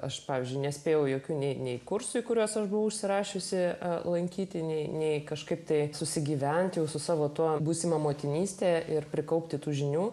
aš pavyzdžiui nespėjau jokių nei nei kursai kuriuos aš buvau užsirašiusi lankytini nei kažkaip tai susigyventi su savo tuo būsimą motinystę ir prikaupti tų žinių